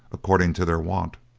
according to their wont,